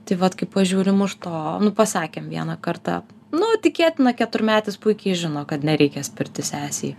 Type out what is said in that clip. tai vat kai pažiūrim už to pasakėm vieną kartą nu tikėtina keturmetis puikiai žino kad nereikia spirti sesei